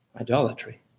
idolatry